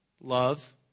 love